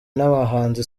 n’abahanzi